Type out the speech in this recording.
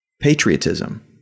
Patriotism